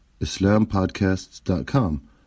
islampodcasts.com